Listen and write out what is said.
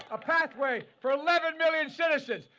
a pathway for eleven million citizens.